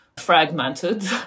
fragmented